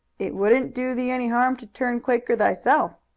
it wouldn't do thee any harm to turn quaker thyself,